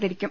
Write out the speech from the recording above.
തിരിക്കും